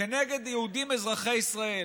כנגד יהודים אזרחי ישראל,